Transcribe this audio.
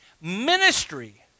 Ministry